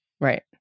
Right